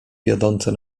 wiodące